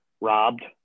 robbed